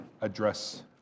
address